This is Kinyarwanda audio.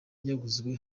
yaguzwe